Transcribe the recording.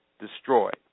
destroyed